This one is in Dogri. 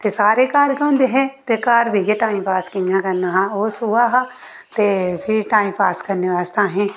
ते सारे घर गै होंदे हे ते घर बैहियै टाइम पास किया करना हा ओह् सोहा हा ते फ्ही टाइम पास करने आस्तै असें